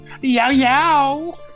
Yow-yow